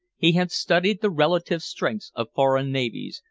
he had studied the relative strengths of foreign navies,